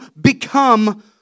become